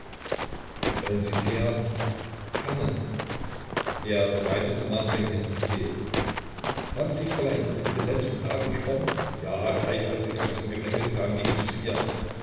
wollen sie tee haben gerne er bereitete nachdenklich den tee haben sie fräulein kruk in den letzten tagen gesprochen ja gleich als ich aus dem gefängnis kam ging ich zu ihr